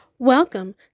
Welcome